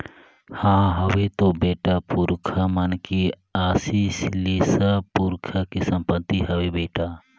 हां हवे तो बेटा, पुरखा मन के असीस ले सब पुरखा के संपति हवे बेटा